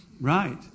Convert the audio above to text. Right